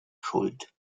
schuld